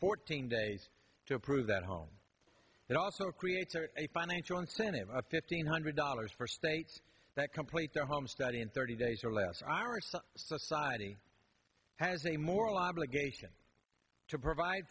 fourteen days to approve that home it also creates a financial incentive of fifteen hundred dollars for states that complete their home study in thirty days or less for our society has a moral obligation to provide